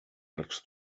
arcs